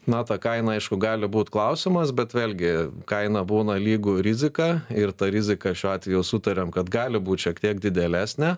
na ta kaina aišku gali būt klausimas bet vėlgi kaina būna lygu rizika ir ta rizika šiuo atveju sutariam kad gali būt šiek tiek didėlesnė